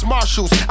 Marshals